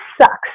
sucks